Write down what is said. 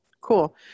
cool